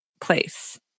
place